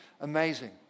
amazing